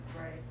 Right